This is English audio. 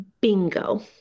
Bingo